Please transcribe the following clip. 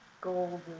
Gold